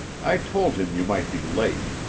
i told him you might be late.